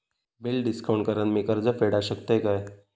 Bill discount करान मी कर्ज फेडा शकताय काय?